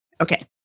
Okay